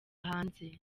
hanze